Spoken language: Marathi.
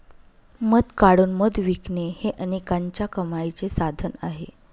मध काढून मध विकणे हे अनेकांच्या कमाईचे साधन आहे